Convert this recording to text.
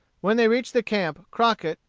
when they reached the camp, crockett,